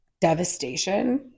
devastation